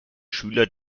schüler